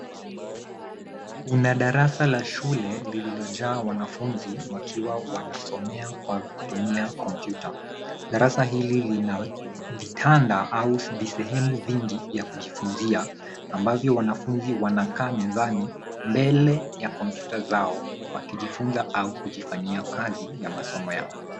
Kuna darasa la shule lililojaa wanafunzi wakiwa wanasomea kwa kutumia kompyuta. Darasa hili lina vitanda au visehemu vingi vya kujifunzia ambavyo wanafunzi wanakaa mezani mbele ya kompyuta zao wakijufunza au kujifanyia kazi ya masomo yao